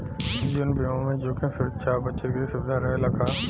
जीवन बीमा में जोखिम सुरक्षा आ बचत के सुविधा रहेला का?